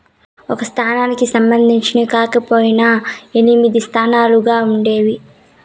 ఒక సంస్థకి చెందినవి కాకపొయినా ఎనిమిది పెద్ద సంస్థలుగా ఉండేవి